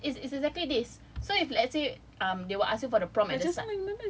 ya it's it's exactly this so if let's say um they will ask you for the prompt at the start